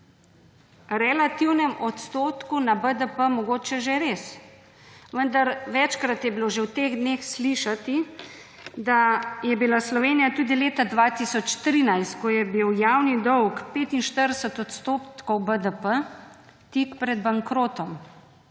relativnem odstotku na BDP mogoče že res. Vendar večkrat je bilo že v teh dneh slišati, da je bila Slovenija tudi leta 2013, ko je bil javni dolg 45 odstotkov BDP, tik pred bankrotom.